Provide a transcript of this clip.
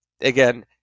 again